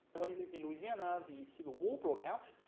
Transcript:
when he lived in louisiana the civil war broke out.